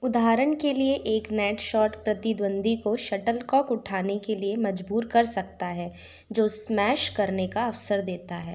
उदाहरण के लिए एक नेट शॉट प्रतिद्वंद्वी को शटलकॉक उठाने के लिए मजबूर कर सकता है जो स्मैश करने का अवसर देता है